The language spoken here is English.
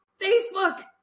Facebook